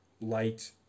light